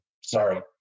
sorry